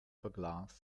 verglast